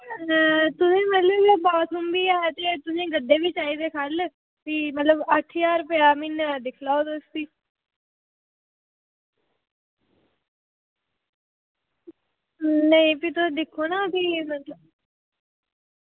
तुसें मतलब बाथरूम बी ऐ ते तुसेंगी गद्दे बी चाहिदे ख'ल्ल ते भी अट्ठ ज्हार रपेआ म्हीना दे दिक्खी लैओ तुस भी नेईं भी तुस दिक्खो ना